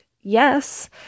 yes